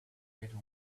better